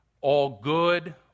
all-good